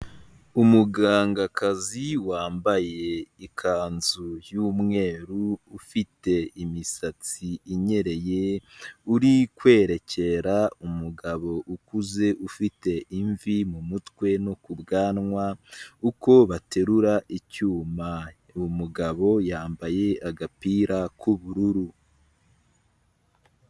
Umugangakazi wambaye ikanzu y'umweru ufite imisatsi inyereye uri kwerekera umugabo ukuze ufite imvi m'umutwe no ku bwanwa uko baterura icyuma umugabo yambaye agapira k'ubururu.